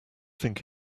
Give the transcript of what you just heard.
think